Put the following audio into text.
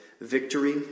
victory